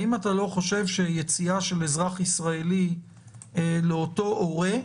יציאה של אזרח ישראלי לאותו הורה,